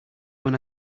when